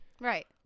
Right